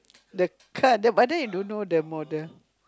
the car the but then you don't know the model